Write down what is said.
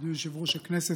אדוני יושב-ראש הכנסת,